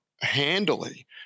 handily